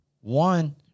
One